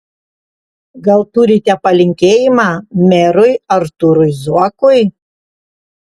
gal turite palinkėjimą merui artūrui zuokui